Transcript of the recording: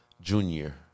Junior